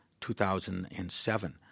2007